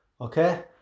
okay